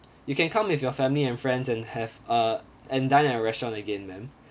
you can come with your family and friends and have uh and dine at our restaurant again ma'am